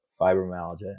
fibromyalgia